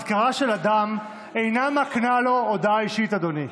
הזכרה של אדם אינה מקנה לו הודעה אישית, אדוני.